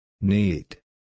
Need